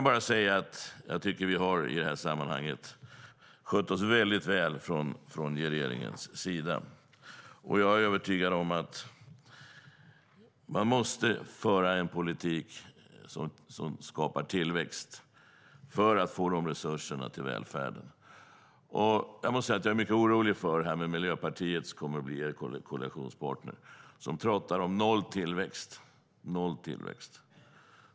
Jag tycker att vi i det här sammanhanget har skött oss mycket väl från regeringens sida. Jag är övertygad om att man måste föra en politik som skapar tillväxt, för att få resurser till välfärden. Jag är mycket orolig för detta med Miljöpartiet, som kommer att bli er koalitionspartner och som pratar om nolltillväxt.